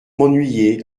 m’ennuyez